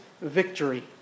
victory